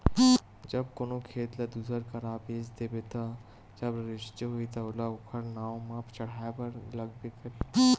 जब कोनो खेत ल दूसर करा बेच देबे ता जब रजिस्टी होही ता ओला तो ओखर नांव म चड़हाय बर लगबे करही